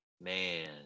Man